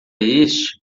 este